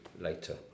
later